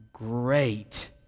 Great